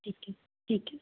ਠੀਕ ਹੈ ਠੀਕ ਹੈ